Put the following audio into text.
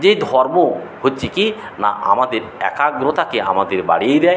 যে ধর্ম হচ্ছে কী না আমাদের একাগ্রতাকে আমাদের বাড়িয়ে দেয়